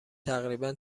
تقریبا